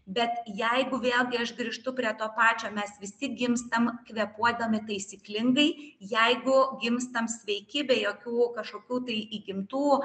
bet jeigu vėlgi aš grįžtu prie to pačio mes visi gimstam kvėpuodami taisyklingai jeigu gimstam sveiki be jokių kažkokių tai įgimtų